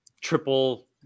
triple